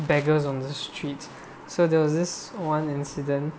beggars on the street so there was this one incident